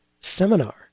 seminar